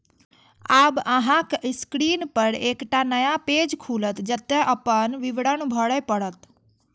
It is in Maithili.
आब अहांक स्क्रीन पर एकटा नया पेज खुलत, जतय अपन विवरण भरय पड़त